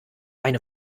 eine